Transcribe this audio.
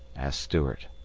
asked stuart.